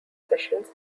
sessions